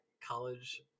college